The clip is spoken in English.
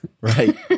right